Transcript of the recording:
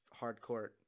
hardcourt